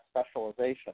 specialization